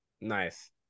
nice